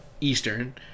Eastern